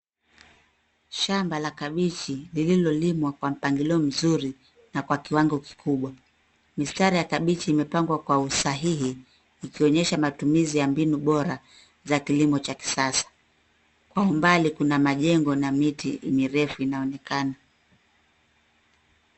Shamba la kabichi lililolimwa kwa mpangilio mzuri na kwa kiwango kikubwa. Mistari ya kabichi imepangwa kwa usahihi ikionyesha matumizi ya mbinu bora za kilimo cha kisasa. Kwa umbali kuna majengo na miti mirefu inaonekana.